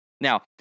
Now